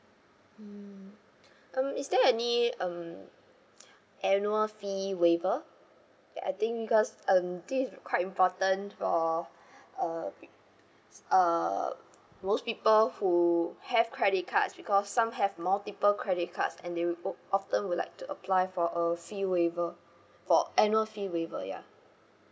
mm um is there any um annual fee waiver ya I think because um this is quite important for uh uh most people who have credit cards because some have multiple credit cards and they will o~ often would like to apply for uh fee waiver for annual fee waiver ya